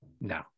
No